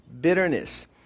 bitterness